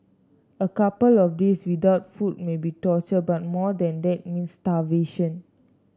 a couple of days without food may be torture but more than that means starvation